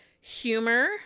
humor